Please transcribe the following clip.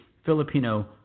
Filipino